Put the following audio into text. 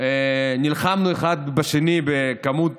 נלחמנו אחד בשני בכמות